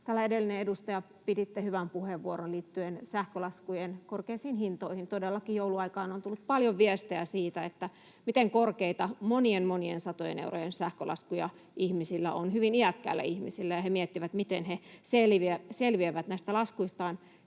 edellinen edustaja piti hyvän puheenvuoron liittyen sähkölaskujen korkeisiin hintoihin. Todellakin joulunaikaan on tullut paljon viestejä siitä, miten korkeita, monien monien satojen eurojen, sähkölaskuja ihmisillä on, hyvin iäkkäillä ihmisillä, ja he miettivät, miten he selviävät näistä laskuistaan.